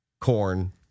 corn